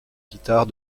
guitare